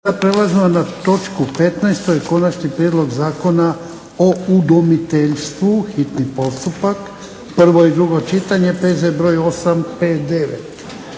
prelazimo na točku 15. to je - Konačni prijedlog Zakona o udomiteljstvu, hitni postupak, prvi i drugo čitanje, P.Z. br. 859